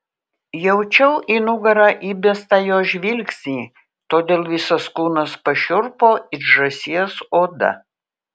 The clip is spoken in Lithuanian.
jaučiau į nugarą įbestą jo žvilgsnį todėl visas kūnas pašiurpo it žąsies oda